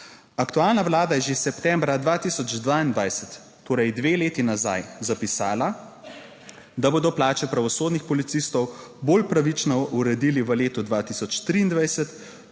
Aktualna Vlada je že septembra 2022, torej dve leti nazaj zapisala, da bodo plače pravosodnih policistov bolj pravično uredili v letu 2023,